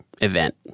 event